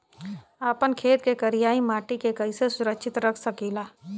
आपन खेत के करियाई माटी के कइसे सुरक्षित रख सकी ला?